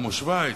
כמו שווייץ,